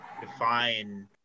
define